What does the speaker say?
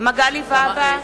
מגלי והבה,